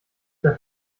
der